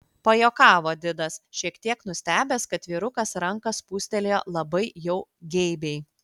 pajuokavo didas šiek tiek nustebęs kad vyrukas ranką spūstelėjo labai jau geibiai